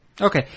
Okay